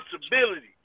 responsibility